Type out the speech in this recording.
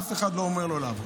אף אחד לא אומר לא לעבוד.